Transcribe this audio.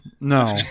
No